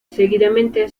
seguidamente